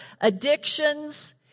addictions